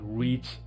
reach